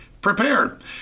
prepared